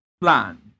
plan